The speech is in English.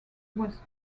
was